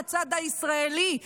מהצד הישראלי.